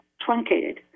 truncated